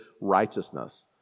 righteousness